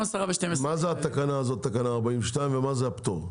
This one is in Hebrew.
מה זה תקנה 42 ומה זה הפטור?